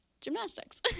Gymnastics